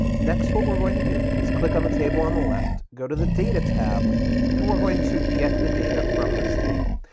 next, what we're going to do is click on the table on the left, go to the data tab and we're going to get the data from this table.